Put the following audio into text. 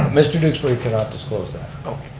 mr. duxbury can not disclose that. okay.